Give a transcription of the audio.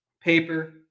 paper